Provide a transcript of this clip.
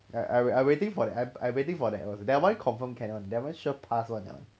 I I waiting for that I I waiting for that one that one confirm can [one] that one sure pass [one] that one